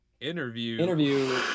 interview